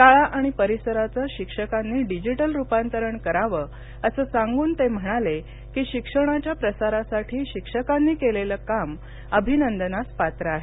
शाळा आणि परिसराचं शिक्षकांनी डिजिटल रुपांतरण करावं असं सांगून ते म्हणाले की शिक्षणाच्या प्रसारासाठी शिक्षकांनी केलेलं काम अभिनंदनास पात्र आहे